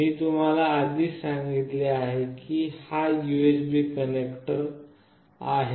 मी तुम्हाला आधीच सांगितले आहे की हा यूएसबी कनेक्टर आहे